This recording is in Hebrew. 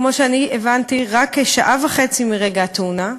כמו שהבנתי, רק כשעה וחצי מרגע התאונה.